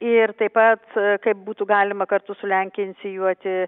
ir taip pat kaip būtų galima kartu su lenkija inicijuoti